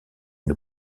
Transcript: une